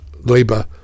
Labour